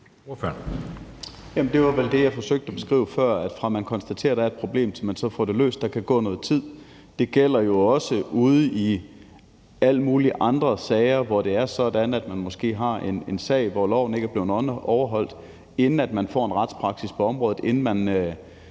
Det var vel det, jeg forsøgte at beskrive før. Fra man konstaterer, at der er et problem, til man så får det løst, kan der gå noget tid. Det gælder jo også i alle mulige andre sager, hvor det er sådan, at man måske har en sag, hvor loven ikke er blevet overholdt, og inden man får en retspraksis på området, inden man